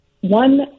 one